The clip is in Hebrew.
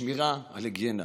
שמירה על היגיינה.